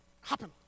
happen